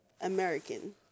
American